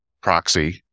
proxy